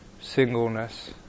singleness